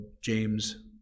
James